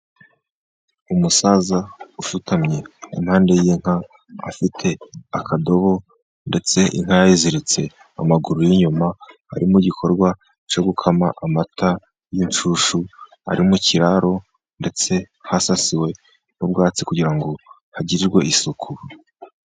Umusaza usutamye impande y'inka afite akadobo, ndetse inka yayiziritse amaguru y'inyuma, ari mu gikorwa cyo gukama amata y'inshyushyu ari mu kiraro, ndetse hasasiwe n'ubwatsi kugira ngo hagirirwe isuku.